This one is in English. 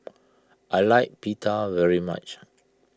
I like Pita very much